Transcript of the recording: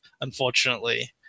Unfortunately